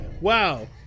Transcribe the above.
Wow